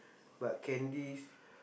but candies